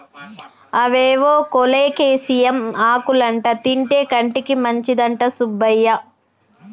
అవేవో కోలేకేసియం ఆకులంటా తింటే కంటికి మంచిదంట సుబ్బయ్య